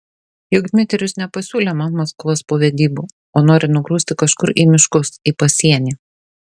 juk dmitrijus nepasiūlė man maskvos po vedybų o nori nugrūsti kažkur į miškus į pasienį